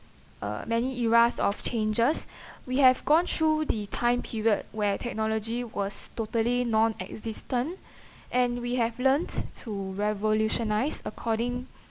uh many eras of changes we have gone through the time period where technology was totally non existent and we have learnt to revolutionize according